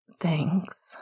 Thanks